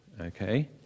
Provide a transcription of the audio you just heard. okay